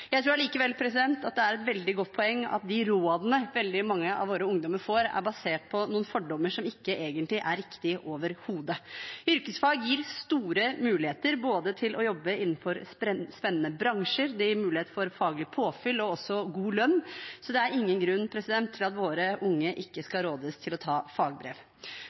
jeg egentlig burde ha gjort det. Jeg tror allikevel at det er et veldig godt poeng at de rådene veldig mange av våre ungdommer får, er basert på noen fordommer som overhodet ikke er riktige. Yrkesfag gir store muligheter til å jobbe innenfor spennende bransjer. Det gir mulighet for faglig påfyll og også god lønn, så det er ingen grunn til at våre unge ikke skal rådes til å ta fagbrev.